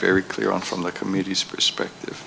very clear on from the communities perspective